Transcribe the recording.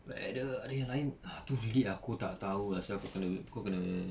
but ada ada yang lain ah tu really aku tak tahu ah sia kau kena kau kena